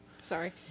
sorry